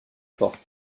fort